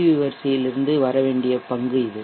we வரிசையில் இருந்து வர வேண்டிய பங்கு இது